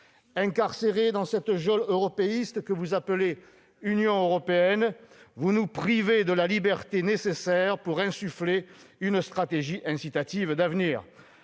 Incarcérés dans cette geôle européiste que vous appelez Union européenne, vous nous privez de la liberté nécessaire pour insuffler une stratégie incitative d'avenir.